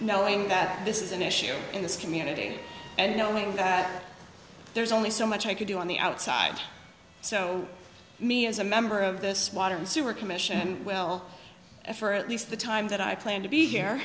knowing that this is an issue in this community and knowing that there's only so much i could do on the outside so me as a member of this water and sewer commission well for at least the time that i plan to be here